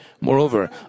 Moreover